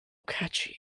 catchy